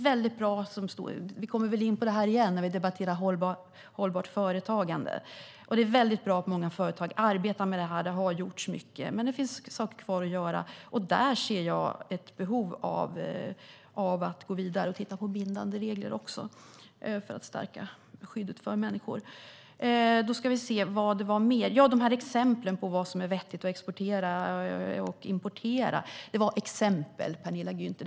Vi kommer väl in på detta igen, när vi debatterar hållbart företagande. Det är mycket bra att många företag arbetar med detta. Det har gjorts mycket, men det finns saker kvar att göra. Där ser jag ett behov av att gå vidare och titta på bindande regler för att stärka skyddet för människor. Sedan har vi exemplen på vad som är vettigt att exportera och importera. Det var just exempel, Penilla Gunther.